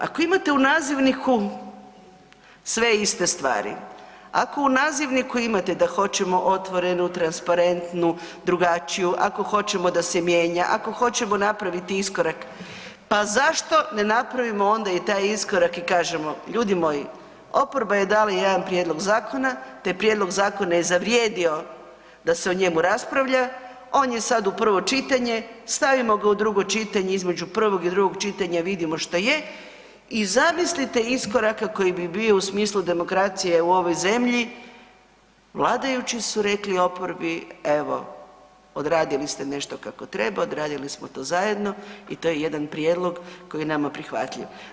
Ako imate u nazivniku sve iste stvari, ako i u nazivniku imate da hoćemo otvorenu, transparentnu, drugačiju, ako hoćemo da se mijenja, ako hoćemo napraviti iskorak, pa zašto ne napravimo onda i taj iskorak i kažemo, ljudi moji oporba je dala jedan prijedlog zakona, taj prijedlog zakona je zavrijedio da se o njemu raspravlja, on je sad u prvo čitanje, stavimo ga u drugo čitanje i između prvog i drugog čitanja vidimo šta je i zamislite iskorak koji bi bio u smislu demokracije u ovoj zemlji, vladajući su rekli oporbi evo odradili ste nešto kako treba, odradili smo to zajedno i to je jedan prijedlog koji je nama prihvatljiv.